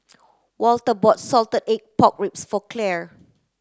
Walter bought salted egg pork ribs for Clare